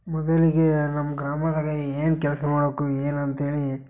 ಮೊದಲಿಗೆ ನಮ್ಮ ಗ್ರಾಮದಾಗೆ ಏನು ಕೆಲಸ ಮಾಡ್ಬೇಕು ಏನಂತ ಹೇಳಿ